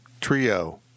trio